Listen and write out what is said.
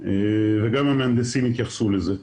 וגם המהנדסים התייחסו לזה.